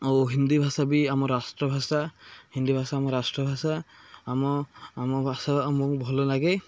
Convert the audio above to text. ଆଉ ହିନ୍ଦୀ ଭାଷା ବି ଆମ ରାଷ୍ଟ୍ରଭାଷା ହିନ୍ଦୀ ଭାଷା ଆମ ରାଷ୍ଟ୍ରଭାଷା ଆମ ଆମ ଭାଷା ଆମକୁ ଭଲ ଲାଗେ